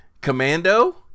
Commando